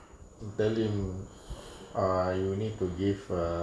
tell him err you need to give a err